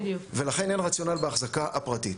ולכן אין רציונל בהחזקה הפרטית.